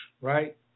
right